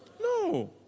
No